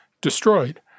destroyed